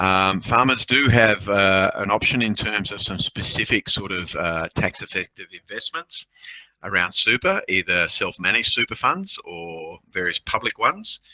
um farmers do have an option in terms of some specific sort of tax effective investments around super, either self-managed super funds or various public ones.